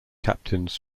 captains